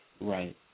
Right